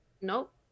nope